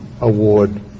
award